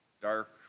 dark